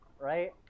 Right